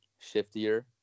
shiftier